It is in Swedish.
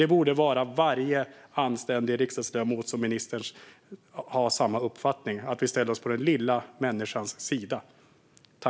Det borde vara varje anständig riksdagsledamots, och ministerns, uppfattning att vi ställer oss på den lilla människans sida.